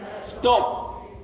Stop